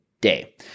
day